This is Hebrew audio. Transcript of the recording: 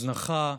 הזנחה,